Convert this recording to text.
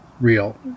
real